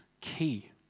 key